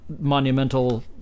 monumental